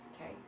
Okay